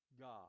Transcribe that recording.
God